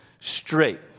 straight